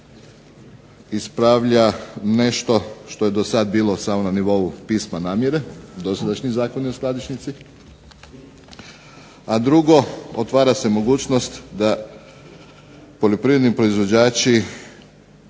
ispravlja nešto što je do sada bilo na nivou pisma namjere, dosadašnji Zakoni o skladišnici, a drugo, otvara se mogućnost da poljoprivredni proizvođači